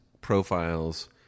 profiles